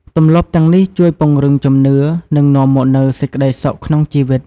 ទម្លាប់ទាំងនេះជួយពង្រឹងជំនឿ និងនាំមកនូវសេចក្តីសុខក្នុងជីវិត។